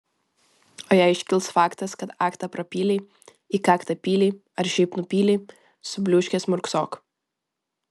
o jei iškils faktas kad aktą prapylei į kaktą pylei ar šiaip nupylei subliūškęs murksok